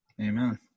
Amen